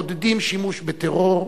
מעודדים שימוש בטרור,